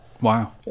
Wow